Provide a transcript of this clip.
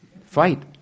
Fight